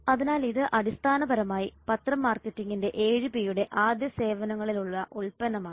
അതിനാൽ ഇത് അടിസ്ഥാനപരമായി പത്രം മാർക്കറ്റിംഗിന്റെ 7 പി യുടെ ആദ്യ സേവനങ്ങളിൽ ഉള്ള ഉൽപ്പന്നമാണ്